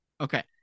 Okay